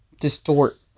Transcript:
distort